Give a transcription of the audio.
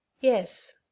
yes